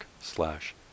slash